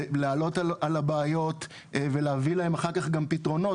לעלות על הבעיות ולהביא להם אחר כך גם פתרונות.